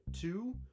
two